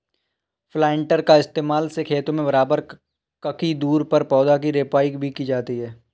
planter का इस्तेमाल से खेतों में बराबर ककी दूरी पर पौधा की रोपाई भी की जाती है